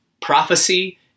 prophecy